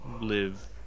live